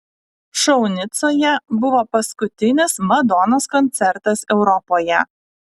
šou nicoje buvo paskutinis madonos koncertas europoje